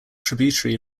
tributary